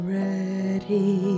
ready